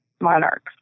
monarchs